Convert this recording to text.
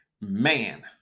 Man